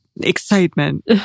Excitement